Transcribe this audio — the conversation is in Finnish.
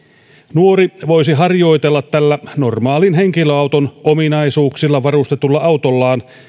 nuori voisi harjoitella tällä normaalin henkilöauton ominaisuuksilla varustetulla autollaan